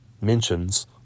mentions